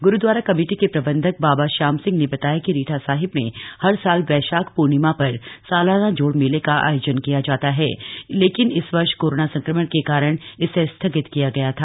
gurdwara committee के प्रबन्धक बाबा श्याम सिंह ने बताया कि रीठा साहिब में हर साल वैशाख प्र्णिमा प्र सालाना जोड़ मेले का थ योजन किया जाता है लेकिन इस वर्ष कोरोना संक्रमण के कारण इसे स्थगित किया गया था